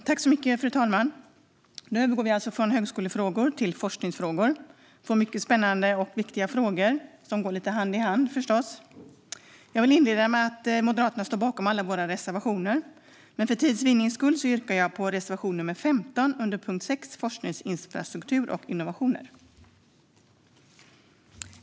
Fru talman! Nu övergår vi alltså från högskolefrågor till forskningsfrågor. Det är två mycket spännande och viktiga frågor, som förstås går lite hand i hand. Jag vill inleda med att säga att Moderaterna står bakom alla våra reservationer, men för tids vinnande yrkar jag endast bifall till reservation nr 15 under punkt 6, Forskningsinfrastruktur och innovationer.